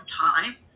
time